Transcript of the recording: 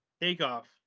Takeoff